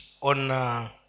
on